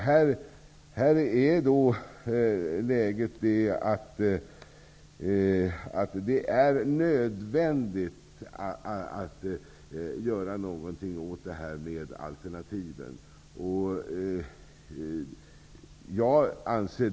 Här är läget sådant att det är nödvändigt att undersöka alternativen.